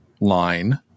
line